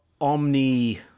Omni